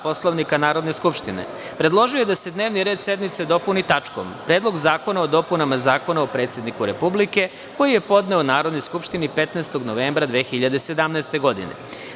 Poslovnika Narodne skupštine, predložio je da se dnevni red sednice dopuni tačkom – Predlog zakona o dopunama Zakona o predsedniku Republike, koji je podneo Narodnoj skupštini 15. novembra 2017. godine.